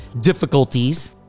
difficulties